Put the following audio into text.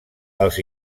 els